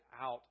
out